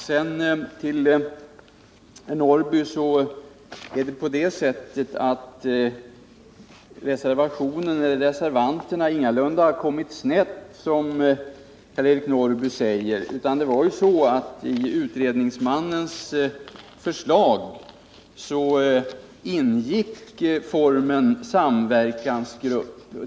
Jag får göra talaren uppmärksam på att det korta genmälet gällde Karl-Eric Norrbys anförande. Till Karl-Eric Norrby vill jag säga att reservanterna ingalunda har kommit snett. I utredningsmannens förslag ingick formen samverkansgrupp.